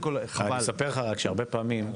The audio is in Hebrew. הרבה פעמים,